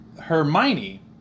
Hermione